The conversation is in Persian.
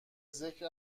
ذکر